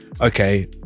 Okay